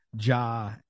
Ja